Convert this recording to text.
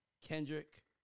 Kendrick